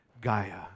Gaia